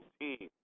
team